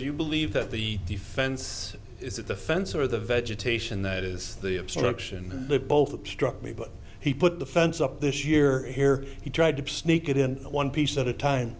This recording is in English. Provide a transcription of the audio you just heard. surge you believe that the defense is that the fence or the vegetation that is the obstruction of both obstruct me but he put the fence up this year here he tried to sneak it in one piece at a time